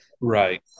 right